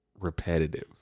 repetitive